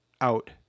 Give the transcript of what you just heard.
out